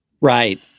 Right